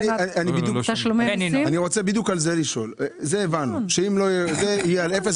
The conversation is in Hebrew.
לפי מה שאתה אומר צריך להיות מחסור בשוק של הנוזל,